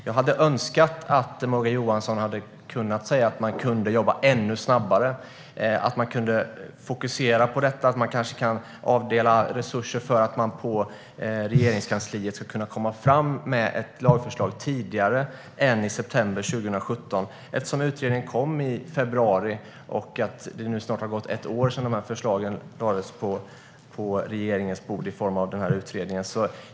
Jag hade önskat att Morgan Johansson hade kunnat säga att man kan jobba ännu snabbare, att man kan fokusera på detta och att man kanske kan avdela resurser för att Regeringskansliet ska kunna komma med ett lagförslag tidigare än i september 2017. Utredningen kom i februari. Det har snart gått ett år sedan förslagen lades på regeringens bord i form av denna utredning.